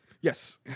Yes